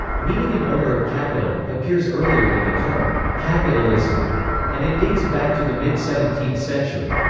meaning an owner of capital, appears earlier than the term capitalism and it dates back to the mid seventeenth century.